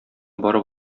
барып